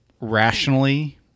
rationally